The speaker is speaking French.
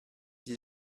dit